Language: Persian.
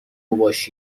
ﺧﻮﺭﺩﯾﻢ